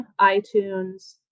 itunes